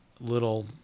little